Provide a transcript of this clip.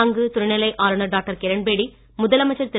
அங்கு துணைநிலை ஆளுநர் டாக்டர் கிரண்பேடி முதலமைச்சர் திரு